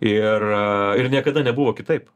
ir ir niekada nebuvo kitaip